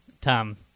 Tom